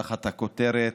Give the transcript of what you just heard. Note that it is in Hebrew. תחת הכותרת: